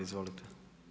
Izvolite.